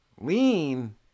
Lean